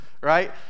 right